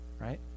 right